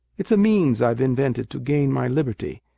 it's a means i've invented to gain my liberty.